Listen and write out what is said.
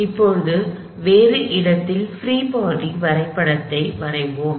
எனவே இப்போது வேறு இடத்தில் பிரீ பாடி வரைபடத்தை வரைவோம்